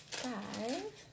five